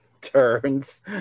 turns